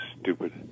stupid